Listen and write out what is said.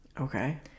okay